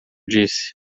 disse